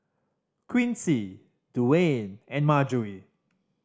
Quincy Dewayne and Margery